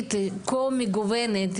היהודית הכה מגוונת,